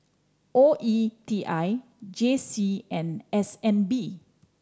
O E T I J C and S N B